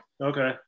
Okay